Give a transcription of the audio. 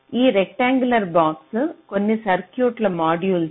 ఈ rectangular box కొన్ని circuit modules